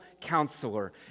counselor